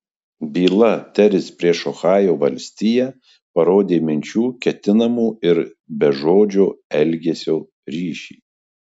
byla teris prieš ohajo valstiją parodė minčių ketinimų ir bežodžio elgesio ryšį